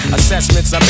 assessments